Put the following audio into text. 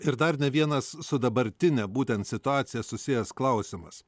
ir dar ne vienas su dabartine būtent situacija susijęs klausimas